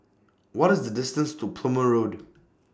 What IS The distance to Plumer Road